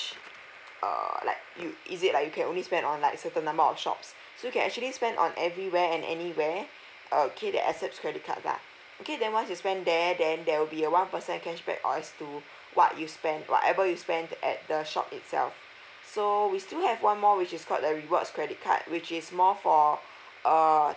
uh like is it like you can only spend on like certain number of shops so you can actually spend on everywhere and anywhere uh key that accept credit card lah okay then once you spend there then there will be a one percent cashback or as to what you spend whatever you spend at the shop itself so we still have one more which is called the rewards credit card which is more for uh